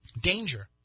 danger